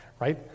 right